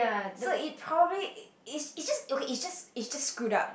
so it probably it just okay is just is just screwed up